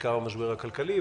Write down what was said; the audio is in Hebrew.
בעיקר המשבר הכלכלי,